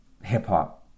hip-hop